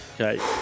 okay